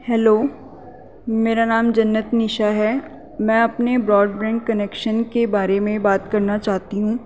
hello میرا نام جنت نساء ہے میں اپنے براڈبینڈ کنیکشن کے بارے میں بات کرنا چاہتی ہوں